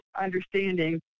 understanding